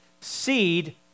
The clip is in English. seed